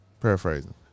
paraphrasing